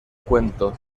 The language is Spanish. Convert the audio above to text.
cuento